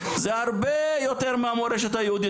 זה הרבה יותר מהמורשת היהודית,